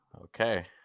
Okay